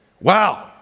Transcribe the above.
Wow